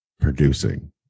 producing